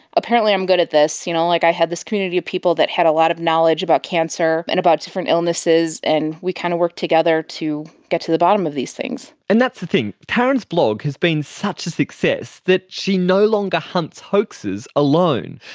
apparently i'm good at this. you know like i had this community of people that had a lot of knowledge about cancer and about different illnesses and we kind of work together to get the bottom of these things. and that's the thing, taryn's blog has been such a success that she no longer hunts hoaxes alone.